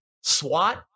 SWAT